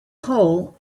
whole